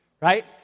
right